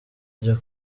ryo